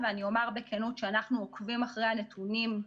ואני אומר בכנות שאנחנו עוקבים אחר הנתונים,